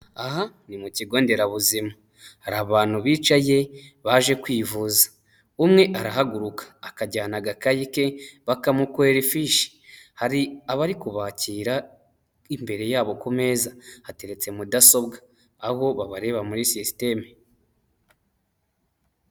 Aha ni mu kigo nderabuzima hari abantu bicaye baje kwivuza, umwe arahaguruka akajyana agakayi ke bakamukwera ifishi, hari abari kubakira imbere yabo ku meza hateretse mudasobwa aho babareba muri system.